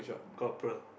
corporal